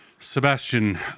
Sebastian